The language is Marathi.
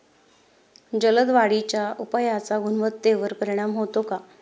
जलद वाढीच्या उपायाचा गुणवत्तेवर परिणाम होतो का?